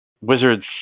wizards